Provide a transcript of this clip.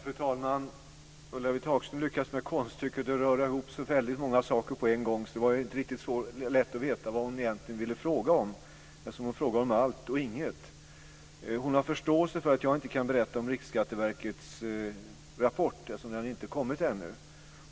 Fru talman! Ulla-Britt Hagström lyckas med konststycket att röra ihop så många saker på en gång att det inte var så lätt att veta vad hon egentligen ville fråga om. Hon frågade om allt och inget. Hon har förståelse för att jag inte kan berätta om Riksskatteverkets rapport eftersom den inte har kommit ännu.